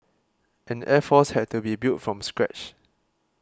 an air force had to be built from scratch